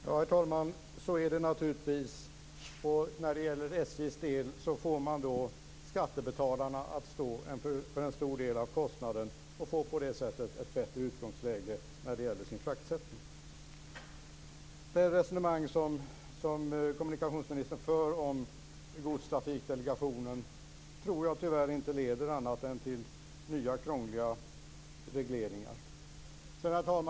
Herr talman! Så är det naturligtvis, och vad gäller SJ låter man skattebetalarna stå för en stor del av kostnaden. På det sättet får man ett bättre utgångsläge för sin fraktprissättning. Jag tror att det resonemang som kommunikationsministern för om Godstrafikdelegationen tyvärr inte leder till annat än nya krångliga regleringar. Herr talman!